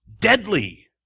deadly